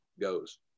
goes